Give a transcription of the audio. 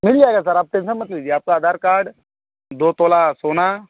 नहीं आएगा सर आप टेन्शन मत लीजिए आपका आधार कार्ड दो तोला सोना